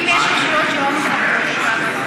אם יש רשויות שלא מכבדות אותו,